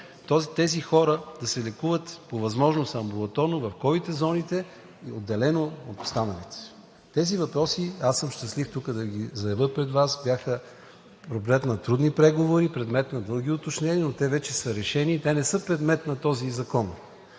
тези хора да се лекуват по възможност амбулаторно в ковид зоните и отделени от останалите. Тези въпроси, щастлив съм да ги заявя тук пред Вас, бяха предмет на трудни преговори, предмет на други отношения, но те вече са решени и те не са предмет на този закон.